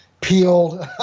peeled